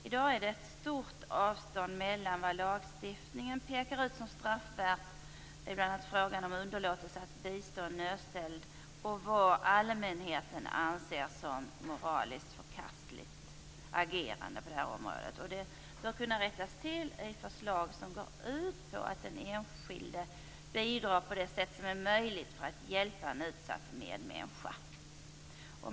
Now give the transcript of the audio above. I dag är det ett stort avstånd mellan vad som i lagstiftningen pekas ut som straffvärt i bl.a. frågan om underlåtelse att bistå en nödställd och vad allmänheten anser som ett moraliskt förkastligt agerande på detta område. Det bör kunna rättas till i förslag som går ut på att den enskilde bidrar på det sätt som är möjligt för att hjälpa en utsatt medmänniska.